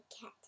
cat